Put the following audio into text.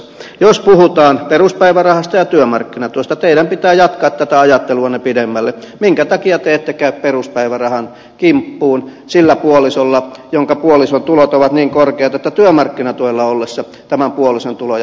jos puhutaan peruspäivärahasta ja työmarkkinatuesta teidän pitää jatkaa tätä ajatteluanne pidemmälle minkä takia te ette käy peruspäivärahan kimppuun sillä puolisolla jonka puolison tulot ovat niin korkeat että työmarkkinatuella ollessa tämän puolison tuloja heikennetään